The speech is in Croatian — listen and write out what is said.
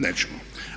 Nećemo.